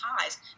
ties